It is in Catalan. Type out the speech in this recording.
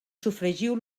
sofregiu